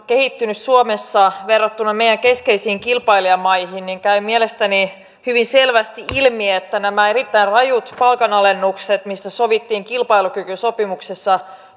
kehittyneet suomessa verrattuna meidän keskeisiin kilpailijamaihin käy mielestäni hyvin selvästi ilmi että nämä erittäin rajut palkanalennukset mistä sovittiin kilpailukykysopimuksessa